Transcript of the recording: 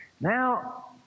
Now